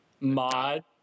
Mod